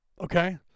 okay